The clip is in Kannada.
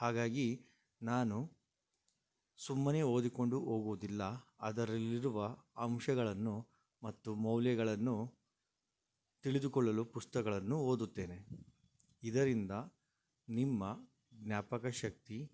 ಹಾಗಾಗಿ ನಾನು ಸುಮ್ಮನೆ ಓದಿಕೊಂಡು ಹೋಗುವುದಿಲ್ಲ ಅದರಲ್ಲಿರುವ ಅಂಶಗಳನ್ನು ಮತ್ತು ಮೌಲ್ಯಗಳನ್ನು ತಿಳಿದುಕೊಳ್ಳಲು ಪುಸ್ತಕಗಳನ್ನು ಓದುತ್ತೇನೆ ಇದರಿಂದ ನಿಮ್ಮ ಜ್ಞಾಪಕ ಶಕ್ತಿ